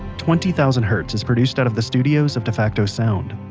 twenty thousand hertz is produced out of the studios of defacto sound,